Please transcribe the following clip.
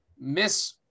miss